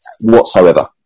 whatsoever